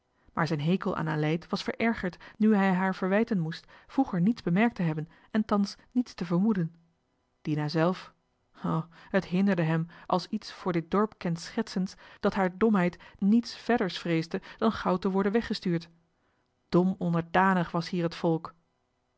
maar zijn hekel aan aleid was verergerd nu hij haar verwijten moest vroeger niets bemerkt te hebben en thans niets te vermoeden dina zelf o het hinderde hem als iets voor dit dorp kenschetsends dat haar domheid niets verders vreesde dan gauw te worden weggestuurd dom onderdanig was hier het volk